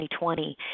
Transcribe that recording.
2020